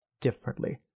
differently